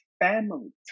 family